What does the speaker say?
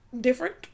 different